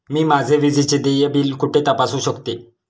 मी माझे विजेचे देय बिल कुठे तपासू शकते?